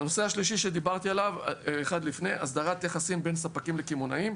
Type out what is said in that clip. הנושא השלישי שדיברתי עליו הוא הסדרת היחסים בין ספקים לקמעונאים.